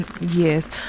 Yes